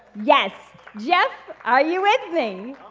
yes! jeff, are you with me?